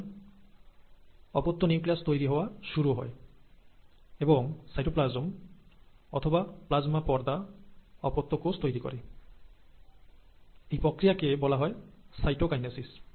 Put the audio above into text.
সুতরাং অপত্য নিউক্লিয়াস তৈরি হওয়া শুরু হয় এবং সাইটোপ্লাজম অথবা প্লাজমা পর্দা অপত্য কোষ তৈরি করে এই প্রক্রিয়াকে বলা হয় সাইটোকাইনেসিস